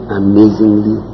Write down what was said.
amazingly